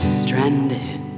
stranded